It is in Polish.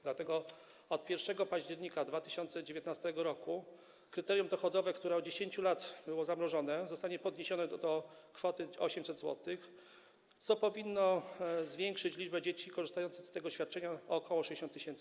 Dlatego od 1 października 2019 r. kryterium dochodowe, które od 10 lat było zamrożone, zostanie podniesione do kwoty 800 zł, co powinno zwiększyć liczbę dzieci korzystających z tego świadczenia o ok. 60 tys.